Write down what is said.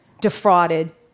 defrauded